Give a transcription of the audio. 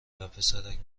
وپسرک